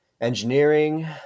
engineering